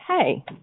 hey